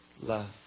love